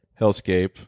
Hellscape